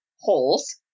Holes